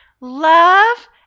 love